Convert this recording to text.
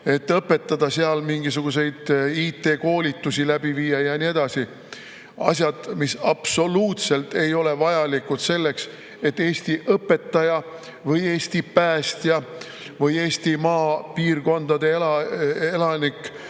et õpetada seal, mingisuguseid IT-koolitusi läbi viia ja nii edasi. Asjad, mis absoluutselt ei ole vajalikud Eesti õpetajale või Eesti päästjale või Eesti maapiirkondade elanikule